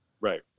Right